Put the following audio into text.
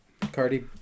Cardi